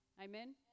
Amen